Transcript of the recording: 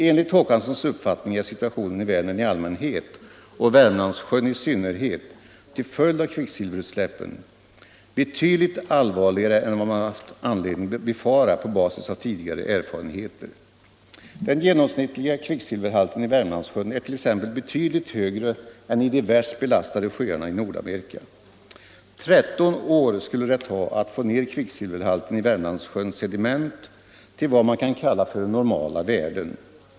Enligt Håkanssons uppfattning är situationen i Vä — Anslag till vägväsennern i allmänhet, och i Värmlandssjön i synnerhet, till följd av kvickdet, m.m. silverutsläppen ”betydligt allvarligare än vad man haft anledning befara på basis av tidigare erfarenheter”. Den genomsnittliga kvicksilverhalten i Värmlandssjön är t.ex. betydligt högre än i de värst belastade sjöarna i Nordamerika. 13 år skulle det ta att få ned kvicksilverhalten i Värmlandssjöns sediment till vad man kan kalla normala värden.